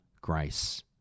grace